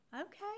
okay